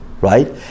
right